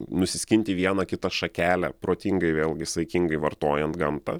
nusiskinti vieną kitą šakelę protingai vėlgi saikingai vartojant gamtą